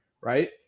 Right